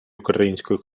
української